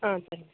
ஆ சரி